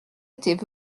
étaient